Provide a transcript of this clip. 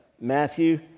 Matthew